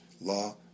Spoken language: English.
law